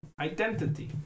identity